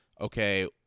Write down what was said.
okay